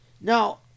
Now